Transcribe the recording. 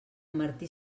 martí